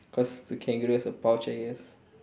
cause the kangaroo has a pouch I guess